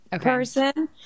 person